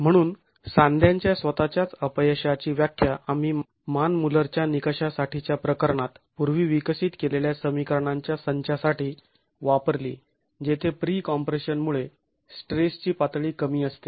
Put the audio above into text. म्हणून सांध्यांच्या स्वतःच्याच अपयशाची व्याख्या आम्ही मान मुल्लर निकषासाठीच्या प्रकरणात पूर्वी विकसित केलेल्या समीकरणांच्या संचासाठी वापरली जेथे प्री कॉम्प्रेशन मुळे स्ट्रेस ची पातळी कमी असते